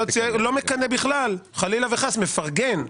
אני לא מקנא בכלל, אני מפרגן.